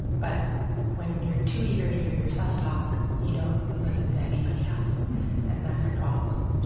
but when you're too eager to hear yourself talk, you don't listen to anybody else and that's a problem.